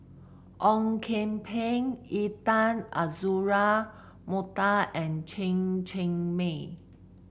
Ong Kian Peng Intan Azura Mokhtar and Chen Cheng Mei